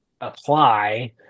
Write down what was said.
apply